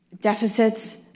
deficits